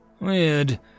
Weird